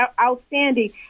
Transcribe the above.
outstanding